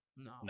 no